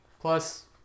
plus